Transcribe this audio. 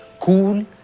cool